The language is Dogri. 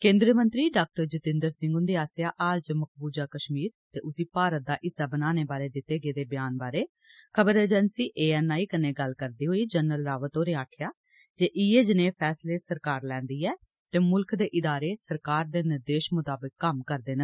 केन्द्रीय मंत्री डॉ जितेन्द्र सिंह हुन्दे आस्सेआ हाल इच मकबूजा कश्मीर ते उस्सी भारत दा हिस्सा बनाने बारै दित्ते गेदे ब्यान बारे खबर अजेन्सी ए एन आई कन्नै गल्ल करदे होई जनरल रावत होरें आक्खेआ जे इयै जनेह फैसले सरकार लैंदी ऐ ते मुल्ख दे एह इदारे सरकार दे निर्देश मताबक कम्म करदे न